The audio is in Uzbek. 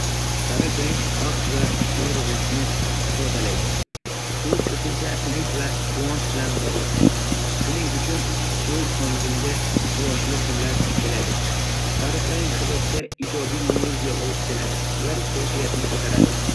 Sariq rang baxt va yorug‘likni ifodalaydi. U ko‘pincha umid va quvonch bilan bog‘liq, shuning uchun ko‘z o‘ngimga quyoshli kunlar keladi. Sariq rang hayotga ijobiy energiya olib keladi va kayfiyatni ko‘taradi.